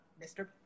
Mr